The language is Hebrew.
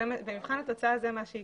במבחן התוצאה זה מה שיקרה.